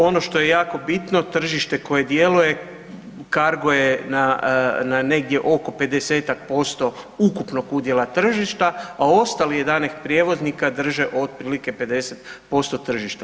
Ono što je jako bitno, tržište koje djeluje, Cargo je na negdje oko 50-tak posto ukupnog udjela tržišta, a ostalih 11 prijevoznika drže od otprilike 50% tržišta.